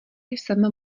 jsem